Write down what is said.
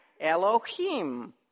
Elohim